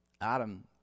Adam